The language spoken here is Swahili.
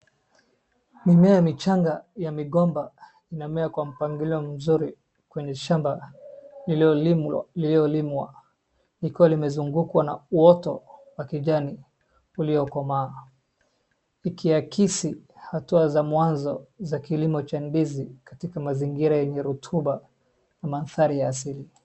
Mimea michanga ya migomba inamea kwa mpangilio mzuri kwenye shamba lililolimwa likiwa limezungukwa na uoto wa kijani uliokomaa. Ikiakisi hatua za mwanzo za kilimo cha ndizi katika mazingira yenye rotuba na mandhari ya asili.